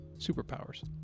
superpowers